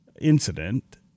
incident